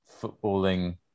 footballing